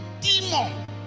demon